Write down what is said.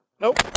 Nope